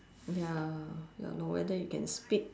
ya ya lor whether you can speak